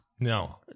No